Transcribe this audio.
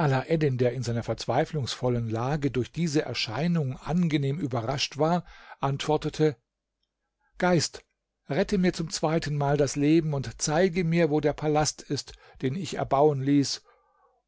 der in seiner verzweiflungsvollen lage durch diese erscheinung angenehm überrascht war antwortete geist rette mir zum zweitenmal das leben und zeige mir wo der palast ist den ich erbauen ließ